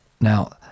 Now